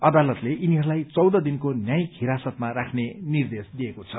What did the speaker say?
अदालतले यिनीहरूलाई चौदह दिनको न्यायिक हिरासतमा राख्ने निर्देश दिएको छ